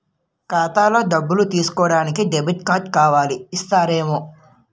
ఖాతాలో డబ్బులు తీసుకోడానికి డెబిట్ కార్డు కావాలి ఇస్తారమ్మా